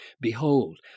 Behold